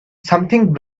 something